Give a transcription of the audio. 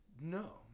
no